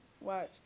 watch